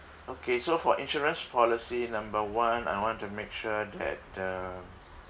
okay so for insurance policy number one I want to make sure that the